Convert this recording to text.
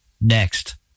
next